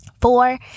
Four